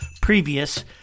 previous